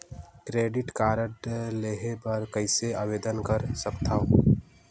Credit card लेहे बर कइसे आवेदन कर सकथव?